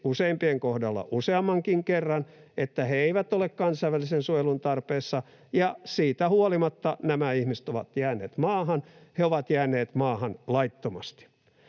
useimpien kohdalla useammankin kerran, että he eivät ole kansainvälisen suojelun tarpeessa, ja siitä huolimatta nämä ihmiset ovat jääneet maahan. He ovat jääneet maahan laittomasti.